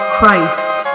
Christ